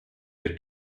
jej